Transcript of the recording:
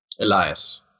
Elias